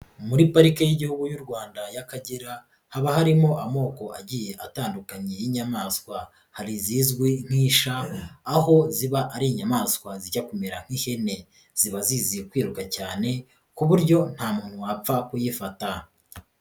Muri parike y'igihugu y'u Rwanda y'Akagera, haba harimo amoko agiye atandukanye y'inyamaswa. Hari iziz nk'isha, aho ziba ari inyamaswa zijya kumera nk'ihene. Ziba zizi kwiruka cyane ku buryo nta muntu wapfa kuyifata.